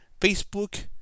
Facebook